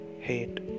hate